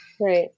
Right